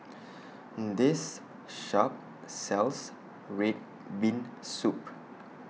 This Shop sells Red Bean Soup